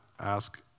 ask